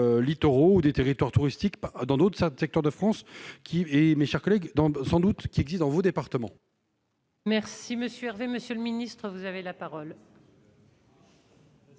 littoraux ou des territoires touristiques pas dans d'autres Syntec Tour de France, qui est, mes chers collègues dans sans doute qui existe dans votre département. Merci monsieur Hervé, monsieur le ministre, vous avez la parole.